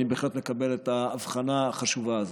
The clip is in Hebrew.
אני בהחלט מקבל את ההבחנה החשובה הזאת.